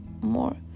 more